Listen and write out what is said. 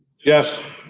yes.